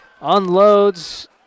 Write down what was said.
Unloads